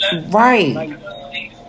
right